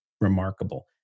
remarkable